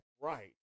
Right